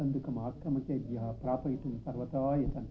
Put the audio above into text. कन्दुकं आक्रमकेभ्यः प्रापयितुं सर्वथा यतन्ते